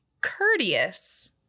courteous